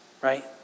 right